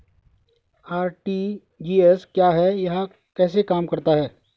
RTGS क्या है यह कैसे काम करता है?